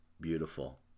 beautiful